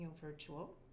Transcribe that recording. virtual